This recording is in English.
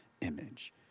image